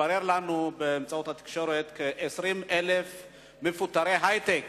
התברר לנו באמצעות התקשורת שכ-20,000 מפוטרי היי-טק